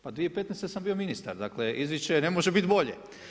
Pa 2015. sam bio ministar, dakle izvješće ne može biti bolje.